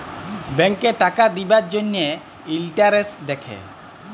ব্যাংকে টাকা দিবার জ্যনহে ইলটারেস্ট দ্যাখে